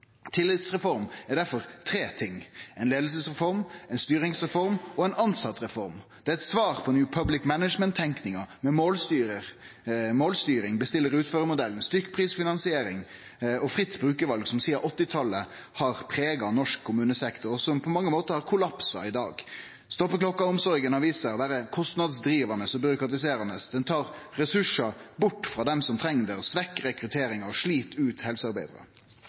Tillitsreform er derfor tre ting: ei leiingsreform, ei styringsreform og ei tilsettereform. Det er eit svar på New Public Management-tenkinga, med målstyring, bestillar–utførar-modellen, stykkprisfinansiering og fritt brukarval som sidan 1980-talet har prega norsk kommunesektor – og som på mange måtar har kollapsa i dag. Stoppeklokkeomsorga har vist seg å vere kostnadsdrivande og byråkratiserande, ho tar ressursar bort frå dei som treng det, svekkjer rekrutteringa og slit ut helsearbeidarar.